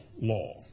law